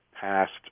past